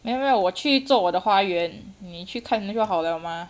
没有没有我去做我的花园你去看那就好 liao mah